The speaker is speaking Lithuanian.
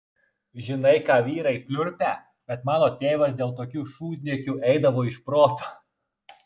žinai ką vyrai pliurpia bet mano tėvas dėl tokių šūdniekių eidavo iš proto